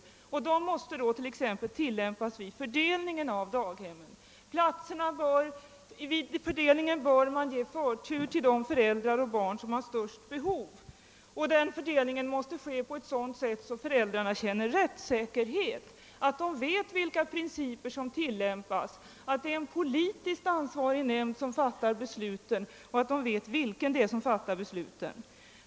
Sådana måste tillämpas exempelvis vid fördelningen av daghemsplatserna. Vid fördelningen bör man ge förtur till föräldrar och barn som har det största behovet av barntillsyn, och fördelningen måste ske på sådant sätt att föräldrarna känner rättssäkerhet, att de vet vilka principer som tillämpas, att det är en politiskt ansvarig nämnd som fattar besluten och att föräldrarna vet vilka det är som fattar besluten.